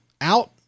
out